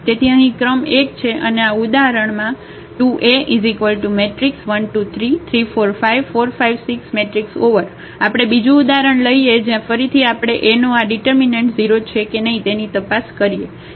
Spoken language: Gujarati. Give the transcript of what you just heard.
તેથી અહીં ક્રમ 1 છે અને આ ઉદાહરણમાં આપણે બીજું ઉદાહરણ લઈએ જ્યાં ફરીથી આપણે A નો આ ડિટર્મિનન્ટ 0 છે કે નહિ તેની તપાસ કરીએ